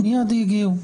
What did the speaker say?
מייד יגיעו.